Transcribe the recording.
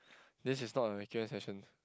this is not a session